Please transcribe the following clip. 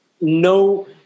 No